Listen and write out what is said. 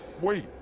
Wait